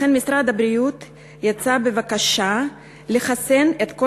לכן משרד הבריאות יצא בבקשה לחסן את כל